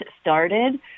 started